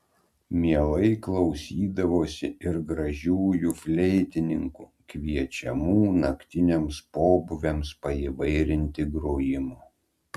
mielai klausydavosi ir gražiųjų fleitininkų kviečiamų naktiniams pobūviams paįvairinti grojimo